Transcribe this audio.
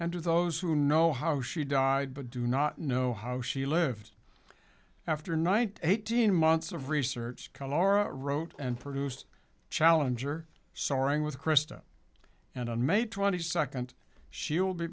and to those who know how she died but do not know how she lived after night eighteen months of research co wrote and produced challenger soaring with christa and on may twenty second she will be